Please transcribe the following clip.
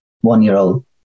one-year-old